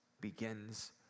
begins